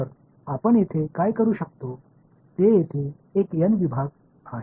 तर आपण येथे काय करू शकतो ते येथे एन विभाग आहेत